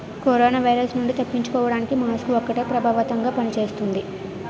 corona virus నుండి తప్పించుకోడానికి mask ఒక్కటే ప్రభావవంతంగా పని చేస్తుంది